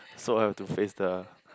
so I have to face the